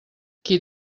qui